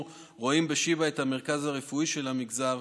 רואים בשיבא את המרכז הרפואי של המגזר,